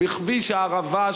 בכביש הערבה,